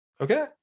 Okay